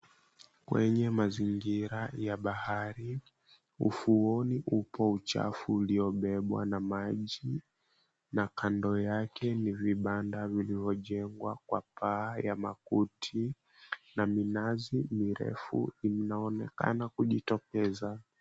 Kwenye mazingira ya bahari, ufuoni upo uchafu uliobebwa na maji, na kando yake ni vibanda vilivyojengwa kwa paa ya makuti. Na minazi mirefu inayoonekana kujitokeza.